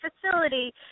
facility